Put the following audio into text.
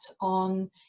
on